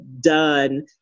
done